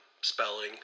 Spelling